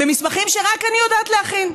במסמכים שרק אני יודעת להכין.